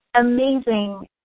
amazing